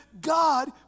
God